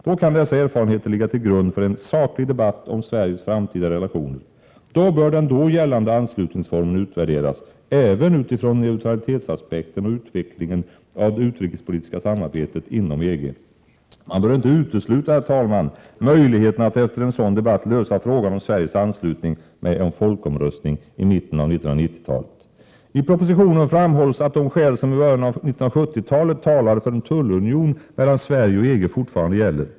Då kan dessa erfarenheter ligga till grund för en saklig debatt om Sveriges framtida relationer. Då bör den gällande anslutningsformen utvärderas, även utifrån neutralitetsaspekten och utvecklingen av det utrikespolitiska samarbetet inom EG. Men bör inte utesluta möjligheten att efter en sådan debatt lösa frågan om Sveriges anslutning med en folkomröstning i mitten av 1990-talet. I propositionen framhålls att de skäl som i början av 1970-talet talade för en tullunion mellan Sverige och EG fortfarande gäller.